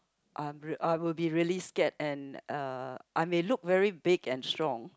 I I will be really scared and uh I may look very big and strong